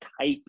type